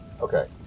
Okay